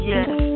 Yes